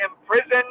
imprisoned